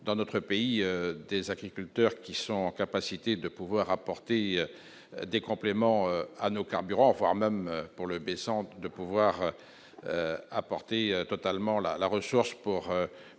dans notre pays, des agriculteurs qui sont en capacité de pouvoir apporter des compléments à nos carburants, voire même pour le bicentenaire de pouvoir apporter totalement la la ressource pour